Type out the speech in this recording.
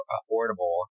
affordable